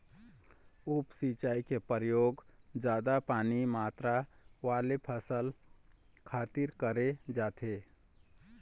उप सिंचई के परयोग जादा पानी मातरा वाले फसल खातिर करे जाथे